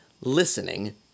listening